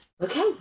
Okay